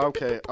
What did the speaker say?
Okay